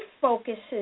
focuses